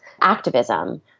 activism